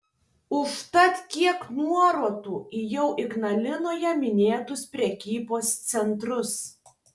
užtat kiek nuorodų į jau ignalinoje minėtus prekybos centrus